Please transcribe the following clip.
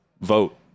vote